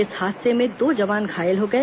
इस हादसे में दो जवान घायल हो गए